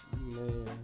Man